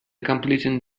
completing